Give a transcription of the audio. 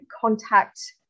contact